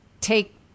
take